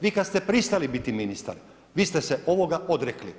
Vi kada ste pristali biti ministar vi ste se ovoga odrekli.